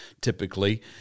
typically